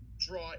draw